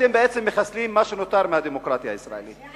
אתם בעצם מחסלים מה שנותר מהדמוקרטיה הישראלית.